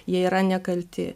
jie yra nekalti